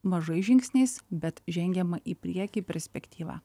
mažais žingsniais bet žengiama į priekį perspektyva